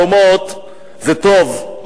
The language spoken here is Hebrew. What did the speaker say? חלומות זה טוב,